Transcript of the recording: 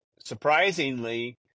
Surprisingly